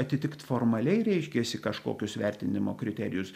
atitikt formaliai reiškiasi kažkokius vertinimo kriterijus